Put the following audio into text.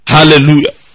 Hallelujah